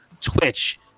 twitch